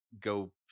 go